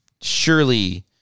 surely